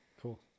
Cool